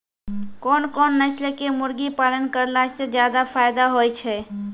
कोन कोन नस्ल के मुर्गी पालन करला से ज्यादा फायदा होय छै?